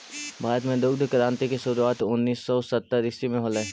भारत में दुग्ध क्रान्ति की शुरुआत उनीस सौ सत्तर ईसवी में होलई